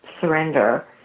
surrender